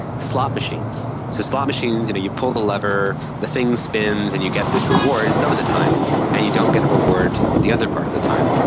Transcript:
slot machines. so slot machines, and you pull the lever, the thing spins and you get this reward and some of the time and you don't get a reward the other part of the time.